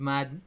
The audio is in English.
Mad